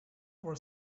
for